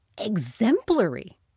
exemplary